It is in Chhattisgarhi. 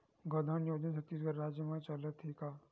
गौधन योजना छत्तीसगढ़ राज्य मा चलथे का?